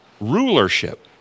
rulership